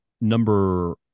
number